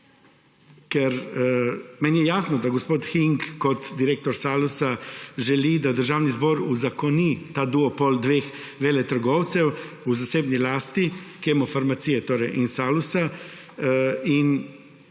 Ker meni je jasno, da gospod Hieng kot direktor Salusa želi, da Državni zbor uzakoni ta duopol dveh veletrgovcev v zasebni lasti, Kemofarmacije in Salusa,